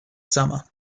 summer